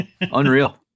Unreal